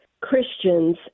Christians